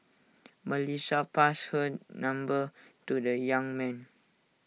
Melissa passed her number to the young man